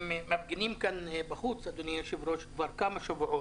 הם מפגינים בחוץ כבר כמה שבועות,